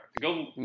Go